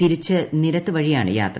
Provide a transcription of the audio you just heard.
തിരിച്ചും നിരത്ത് വഴിയാണ് യാത്ര